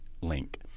link